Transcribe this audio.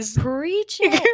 preaching